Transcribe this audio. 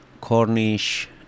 Cornish